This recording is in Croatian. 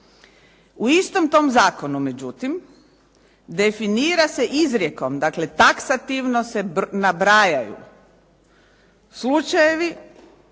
U istom tom zakonu, međutim, definira se izrijekom, dakle taksativno se nabrajaju slučajevi